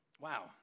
wow